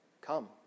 come